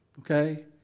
Okay